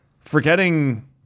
Forgetting